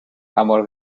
amor